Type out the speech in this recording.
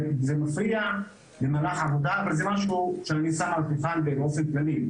זה מפריע למהלך העבודה אבל זה משהו שאני שם על השולחן באופן כללי.